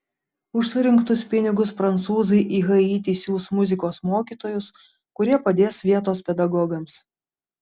už surinktus pinigus prancūzai į haitį siųs muzikos mokytojus kurie padės vietos pedagogams